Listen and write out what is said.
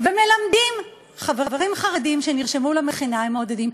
ומלמדים חברים חרדים שנרשמו למכינה חילוק.